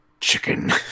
chicken